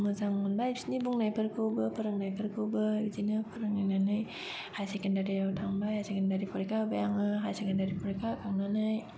मोजां मोनबाय बिसोरनि बुंनाय फोरखौबो फोरोंनायफोरखौबो बिदिनो फोरोंनानै हाइयार सेकेन्दारिआव थांबाय हाइयार सेकेन्दारि फरिका होबाय आङो हाइयार सेकेनदारि फरिका होखांनानै